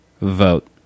vote